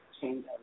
change